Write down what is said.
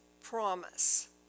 promise